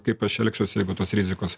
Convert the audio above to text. kaip aš elgsiuosi jeigu tos rizikos